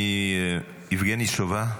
יבגני סובה,